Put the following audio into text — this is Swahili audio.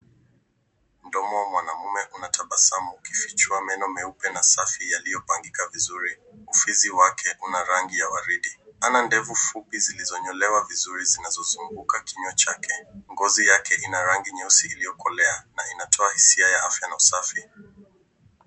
Mdomo wa mwanaume unatabasamu ukifichua meno meupe na safi yaliyopangika vizuri, ufizi wake una rangi ya waridi. Ana ndevu zilizonyolewa vizuri zinazozunguka kinywa chake. Ngozi yake ina rangi nyeusi iliyokolea na inatoa hisia ya afya na usafi.